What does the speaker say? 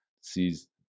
sees